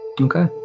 Okay